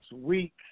week